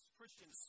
Christian